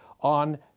on